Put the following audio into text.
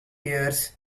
years